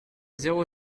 zéro